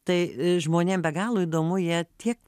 tai žmonėm be galo įdomu jie tiek